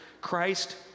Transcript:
Christ